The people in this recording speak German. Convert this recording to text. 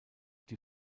die